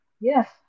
Yes